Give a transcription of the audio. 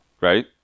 right